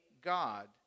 God